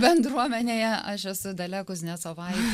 bendruomenėje aš esu dalia kuznecovaitė